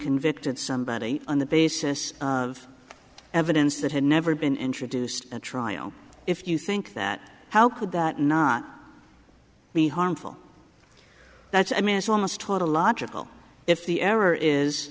convicted somebody on the basis of evidence that had never been introduced at trial if you think that how could that not be harmful that's i mean it's almost tautological if the error is